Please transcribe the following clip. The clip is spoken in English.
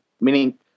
meaning